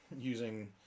using